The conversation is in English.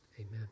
Amen